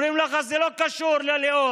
אומרים לך שזה לא קשור ללאום,